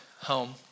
home